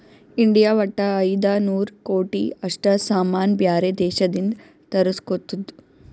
India ವಟ್ಟ ಐಯ್ದ ನೂರ್ ಕೋಟಿ ಅಷ್ಟ ಸಾಮಾನ್ ಬ್ಯಾರೆ ದೇಶದಿಂದ್ ತರುಸ್ಗೊತ್ತುದ್